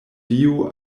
dio